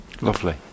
Lovely